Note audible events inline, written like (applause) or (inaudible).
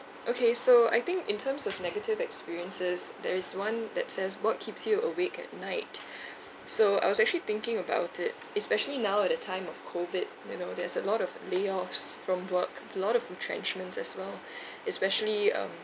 okay so I think in terms of negative experiences there is one that says what keeps you awake at night (breath) so I was actually thinking about it especially now at a time of COVID you know there's a lot of layoffs from work lot of retrenchments as well (breath) especially um